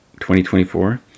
2024